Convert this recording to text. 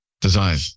Design